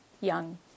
young